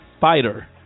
fighter